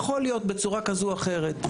יכול להיות בצורה כזו או אחרת.